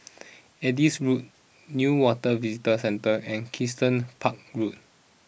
Adis Road Newater Visitor Centre and Kensington Park Road